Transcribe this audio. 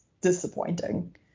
disappointing